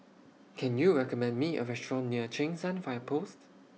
Can YOU recommend Me A Restaurant near Cheng San Fire Post